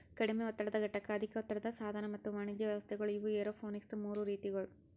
ಕಡಿಮೆ ಒತ್ತಡದ ಘಟಕ, ಅಧಿಕ ಒತ್ತಡದ ಸಾಧನ ಮತ್ತ ವಾಣಿಜ್ಯ ವ್ಯವಸ್ಥೆಗೊಳ್ ಇವು ಏರೋಪೋನಿಕ್ಸದು ಮೂರು ರೀತಿಗೊಳ್